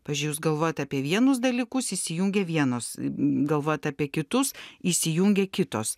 pavyzdžiui jūs galvojat apie vienus dalykus įsijungia vienos galvojat apie kitus įsijungia kitos